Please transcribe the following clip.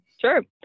Sure